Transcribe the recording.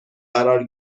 قرار